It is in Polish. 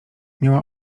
miała